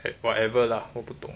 eh whatever lah 我不懂